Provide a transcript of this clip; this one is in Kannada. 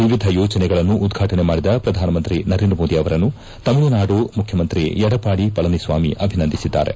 ವಿವಿಧ ಯೋಜನೆಗಳನ್ನು ಉದ್ಘಾಟನೆ ಮಾಡಿದ ಕ್ರಧಾನ ಮಂತ್ರಿ ನರೇಂದ್ರ ಮೋದಿ ಅವರನ್ನು ತಮಿಳುನಾಡು ಮುಖ್ಯಮಂತ್ರಿ ಎಡಪಾಡಿ ಪಳನಿಸ್ತಾಮಿ ಅಭಿನಂದಿಸಿದ್ದಾರೆ